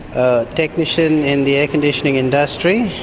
a technician in the air conditioning industry